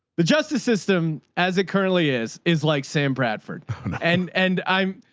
the justice system, as it currently is, is like sam bradford and, and i'm.